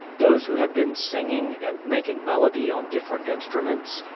those who had been singing, and making melody on different instruments,